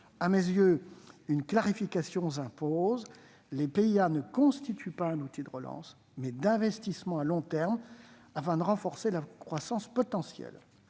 À mes yeux, une clarification s'impose : les PIA constituent non pas un outil de relance, mais d'investissements à long terme afin de renforcer la croissance potentielle.